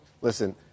Listen